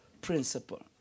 principle